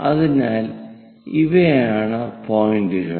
അതിനാൽ ഇവയാണ് പോയിന്റുകൾ